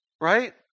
Right